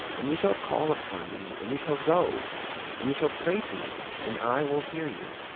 and you shall call upon me, and you shall go and you shall pray to me, and i will hear you.